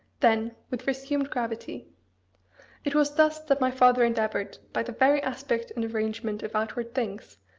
then, with resumed gravity it was thus that my father endeavoured, by the very aspect and arrangement of outward things,